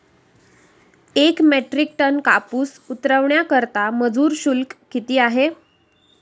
एक metric ton कापूस उतरवण्याकरता मजूर शुल्क किती आहे?